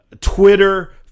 Twitter